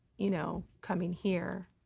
you know, coming here.